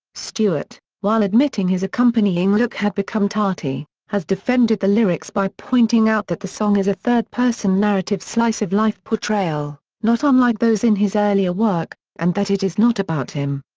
stewart, while admitting his accompanying look had become tarty, has defended the lyrics by pointing out that the song is a third-person narrative slice-of-life portrayal, not unlike those in his earlier work, and that it is not about him.